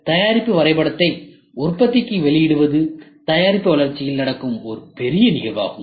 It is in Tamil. எனவே தயாரிப்பு வரைபடத்தை உற்பத்திக்கு வெளியிடுவது தயாரிப்பு வளர்ச்சியில் நடக்கும் ஒரு பெரிய நிகழ்வாகும்